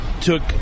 took